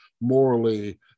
morally